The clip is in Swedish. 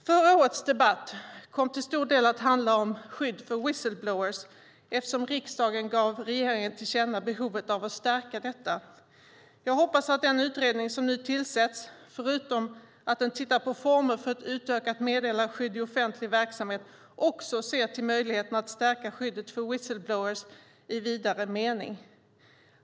Förra årets debatt kom till stor del att handla om skydd för whistle-blowers, eftersom riksdagen gav regeringen till känna behovet av att stärka detta. Jag hoppas att den utredning som nu tillsätts, förutom att den tittar på former för ett utökat meddelarskydd i offentlig verksamhet, ser till möjligheterna att stärka skyddet för whistle-blowers i vidare mening.